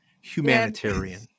Humanitarian